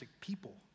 people